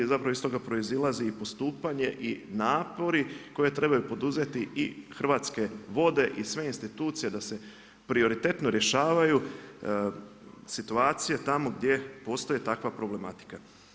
Zapravo iz toga proizlazi i postupanje i napori koje trebaju poduzeti i Hrvatske vode i sve institucije da se prioritetno rješavaju situacije tamo gdje postoji takva problematika.